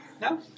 No